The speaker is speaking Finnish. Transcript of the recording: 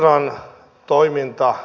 arvoisa puhemies